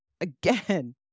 again